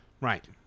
Right